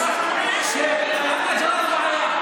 למה אילת שקד לא באה?